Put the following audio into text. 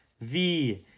V